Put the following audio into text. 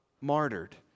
martyred